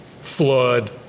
Flood